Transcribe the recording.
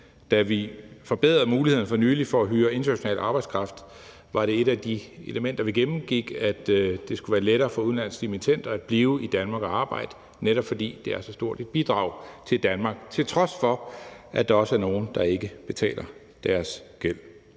Da vi forbedrede mulighederne for nylig for at hyre international arbejdskraft, var et af de elementer, vi gennemgik, at det skulle være lettere for udenlandske dimittender at blive i Danmark og arbejde, netop fordi det er så stort et bidrag til Danmark, til trods for at der også er nogle, der ikke betaler deres gæld.